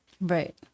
Right